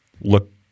look